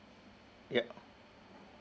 yup